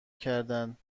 کردند